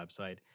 website